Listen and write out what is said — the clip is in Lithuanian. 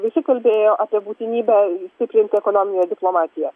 visi kalbėjo apie būtinybę stiprinti ekonominę diplomatiją